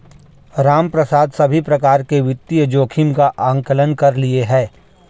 रामप्रसाद सभी प्रकार के वित्तीय जोखिम का आंकलन कर लिए है